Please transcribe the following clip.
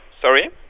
Sorry